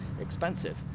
expensive